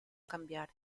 cambiare